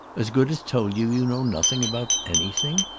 as good as told you you know nothing about anything?